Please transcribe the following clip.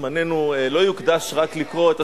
זמננו לא יוקדש רק לקרוא את,